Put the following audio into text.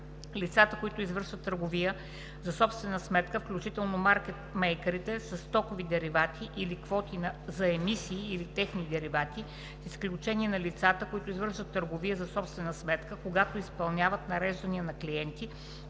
„лицата, които извършват търговия за собствена сметка, включително маркет мейкърите, със стокови деривати или квоти за емисии или техни деривати, с изключение на лицата, които извършват търговия за собствена сметка, когато изпълняват нареждания на клиенти,